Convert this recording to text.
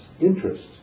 interest